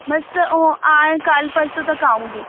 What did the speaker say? ਬੱਸ ਉਹ ਹਾਂ ਕੱਲ੍ਹ ਪਰਸੋਂ ਤੱਕ ਆਉਂਗੀ